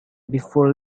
before